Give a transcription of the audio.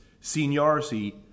seniority